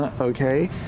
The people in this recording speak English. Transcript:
Okay